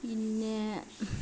പിന്നേ